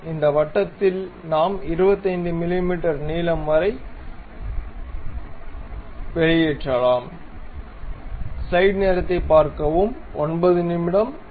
இந்த வட்டத்தில் நாம் 25 மிமீ நீளம் வரை எக்ஸ்டுரூட் செய்யலாம்